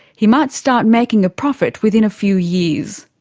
he might start making a profit within a few years.